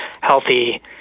healthy